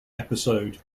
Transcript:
episode